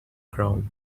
ground